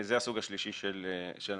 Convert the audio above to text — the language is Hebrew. זה הסוג השלישי של המוסדות.